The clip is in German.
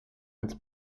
als